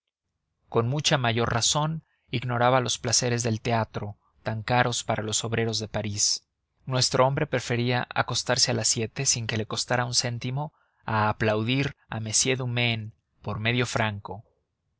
con mucha mayor razón ignoraba los placeres del teatro tan caros para los obreros de parís nuestro hombre prefería acostarse a las siete sin que le costara un céntimo a aplaudir a m dumaine por medio franco